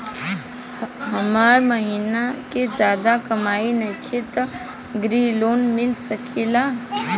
हमर महीना के ज्यादा कमाई नईखे त ग्रिहऽ लोन मिल सकेला?